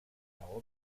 how